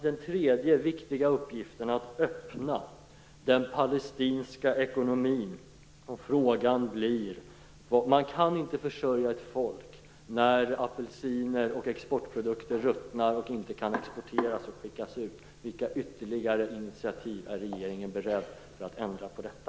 Den tredje viktiga uppgiften är att öppna den palestinska ekonomin. Man kan inte försörja ett folk när apelsiner och exportprodukter ruttnar och inte kan exporteras, och frågan blir: Vilka ytterligare initiativ är regeringen beredd att ta för att ändra på detta?